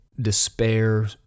despair